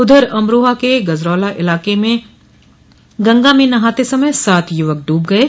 उधर अमरोहा के गजरौला इलाके में गंगा में नहाते समय सात युवक डूब गये